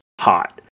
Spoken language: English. hot